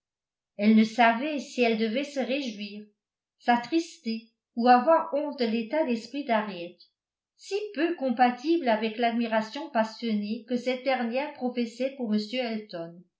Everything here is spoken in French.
elle ne savait si elle devait se réjouir s'attrister ou avoir honte de l'état d'esprit d'harriet si peu compatible avec l'admiration passionnée que cette dernière professait pour